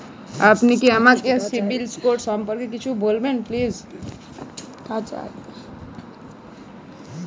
আপনি কি আমাকে সিবিল স্কোর সম্পর্কে কিছু বলবেন প্লিজ?